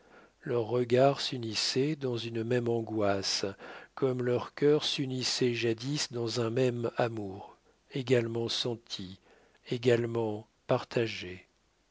leurs regards s'unissaient dans une même angoisse comme leurs cœurs s'unissaient jadis dans un même amour également senti également partagé